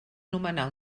nomenar